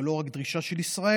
זו לא רק דרישה של ישראל,